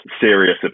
serious